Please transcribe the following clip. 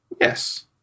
yes